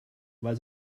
weil